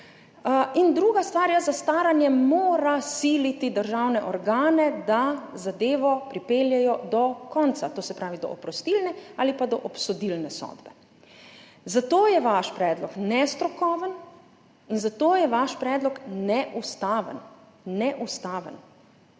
In druga stvar je, zastaranje mora siliti državne organe, da zadevo pripeljejo do konca, to se pravi do oprostilne ali pa do obsodilne sodbe. Zato je vaš predlog nestrokoven in zato je vaš predlog neustaven. Neustaven.